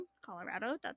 Colorado